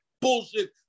bullshit